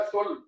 Sol